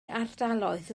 ardaloedd